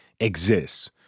Exists